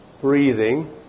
breathing